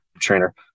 trainer